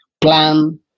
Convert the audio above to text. plan